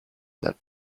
that